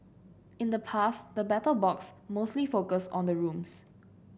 in the past the Battle Box mostly focused on the rooms